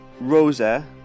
rosa